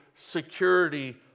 security